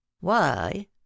Why